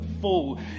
full